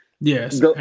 Yes